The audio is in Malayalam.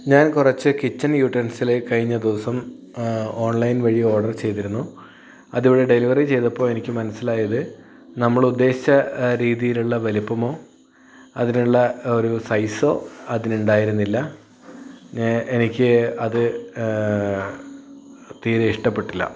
ഞാൻ കുറച്ച് കിച്ചൺ യൂടേൺസിലെ കഴിഞ്ഞ ദിവസം ഓൺലൈൻ വഴി ഓർഡർ ചെയ്തിരുന്നു അതിവിടെ ഡെലിവറി ചെയ്തപ്പോൾ എനിക്ക് മനസിലായത് നമ്മളുദ്ദേശിച്ച രീതിയിലുള്ള വലുപ്പമോ അതിനുള്ള ഒരു സൈസോ അതിനുണ്ടായിരുന്നില്ല എനിക്ക് അത് തീരെയിഷ്ടപ്പെട്ടില്ല